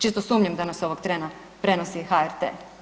Čisto sumnjam da nas ovog trena prenosi i HRT.